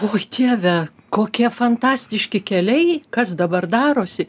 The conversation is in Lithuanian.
oi dieve kokie fantastiški keliai kas dabar darosi